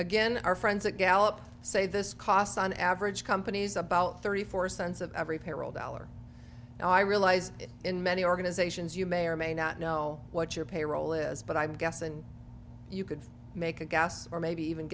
again our friends at gallup say this costs on average companies about thirty four cents of every payroll dollar and i realize that in many organizations you may or may not know what your payroll is but i would guess and you could make a gas or maybe even